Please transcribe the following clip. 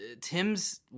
Tim's